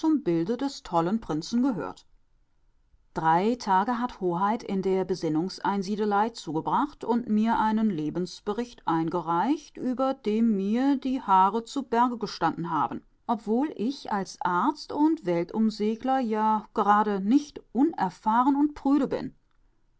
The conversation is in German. bilde des tollen prinzen gehört drei tage hat hoheit in der besinnungseinsiedelei zugebracht und mir einen lebensbericht eingereicht über dem mir die haare zu berge gestanden haben obwohl ich als arzt und weltumsegler ja gerade nicht unerfahren und prüde bin